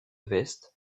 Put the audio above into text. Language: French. vestes